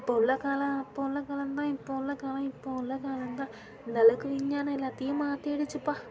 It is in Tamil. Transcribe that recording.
அப்போ உள்ள காலம் அப்போ உள்ள காலம் தான் இப்போ உள்ள காலம் இப்போ உள்ள காலம் தான் அந்த அளவுக்கு விஞ்ஞானம் எல்லாத்தையும் மாற்றிடுச்சிப்பா